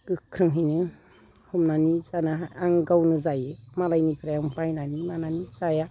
गोख्रोंहैनो हमनानै जाना आं गावनो जायो मालायनिफ्राय आं बायनानै मानानै जाया